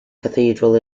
cathedral